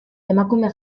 emakume